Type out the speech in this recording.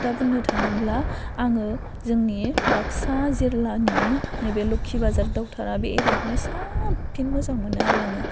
दा बुंनो थाङोब्ला आङो जोंनि बाक्सा जिल्लानि नैबे लखि बाजार दावथारा बे एरियाखौनो साबसिन मोजां मोनो आरो आङो